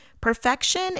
Perfection